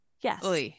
Yes